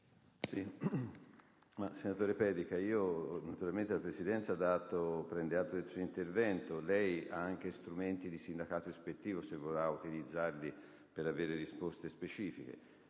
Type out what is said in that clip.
Senatore Pedica, naturalmente la Presidenza prende atto del suo intervento. Lei ha a disposizione anche strumenti di sindacato ispettivo, se vorrà utilizzarli, per avere risposte specifiche.